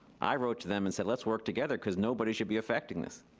i wrote to them and said let's work together, because nobody should be affected in this.